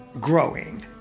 growing